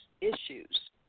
issues